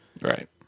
Right